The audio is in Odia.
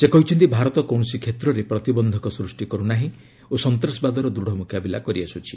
ସେ କହିଛନ୍ତି ଭାରତ କୌଣସି କ୍ଷେତ୍ରରେ ପ୍ରତିବନ୍ଧକ ସୂଷ୍ଟି କରେ ନାହିଁ ଓ ସନ୍ତାସବାଦର ଦୂଢ଼ ମୁକାବିଲା କରିଆସୁଛି